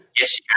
Yes